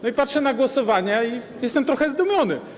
No i patrzę na głosowania i jestem trochę zdumiony.